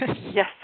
Yes